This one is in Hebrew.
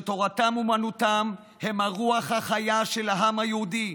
שתורתם אומנותם, הם הרוח החיה של העם היהודי.